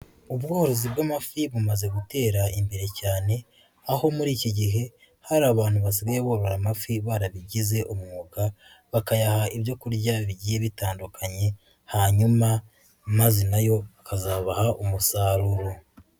Ubworozi bw'amafi bumaze gutera imbere cyane, aho muri iki gihe hari abantu basigaye borora amafi barabigize umwuga, bakayaha ibyo kurya bigiye bitandukanye hanyuma maze na yo bikazabaha umusaruro.